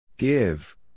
Give